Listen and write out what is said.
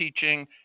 teaching